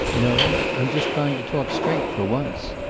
no i'm just trying to talk straight, for once.